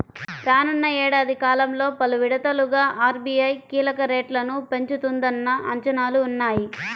రానున్న ఏడాది కాలంలో పలు విడతలుగా ఆర్.బీ.ఐ కీలక రేట్లను పెంచుతుందన్న అంచనాలు ఉన్నాయి